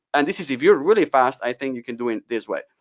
and this is if you're really fast, i think you can do it this way.